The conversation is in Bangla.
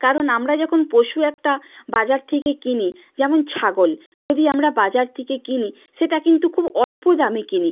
কারণ আমরা যখন পশু একটা বাজার থেকে কিনি যেমন ছাগল যদি আমরা বাজার থেকে কিনি সেটা কিন্তু খুব অল্প দামে কিনি